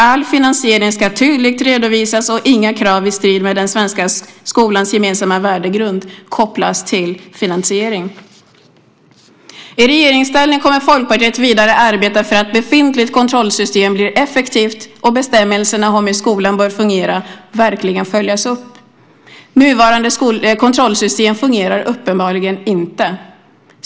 All finansiering ska tydligt redovisas, och inga krav i strid med den svenska skolans gemensamma värdegrund ska kopplas till finansiering. I regeringsställning kommer Folkpartiet vidare att arbeta för att befintligt kontrollsystem blir effektivt och att bestämmelserna om hur skolan bör fungera verkligen följs upp. Nuvarande kontrollsystem fungerar uppenbarligen inte.